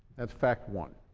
that's fact one.